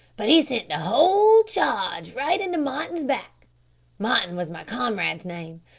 but he sent the whole charge right into martin's back martin was my comrade's name.